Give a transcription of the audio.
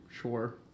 Sure